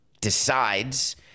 decides